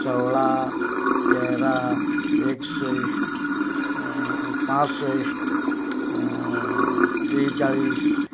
सोळा तेरा एकसश्ट बासश्ट त्रेचाळीस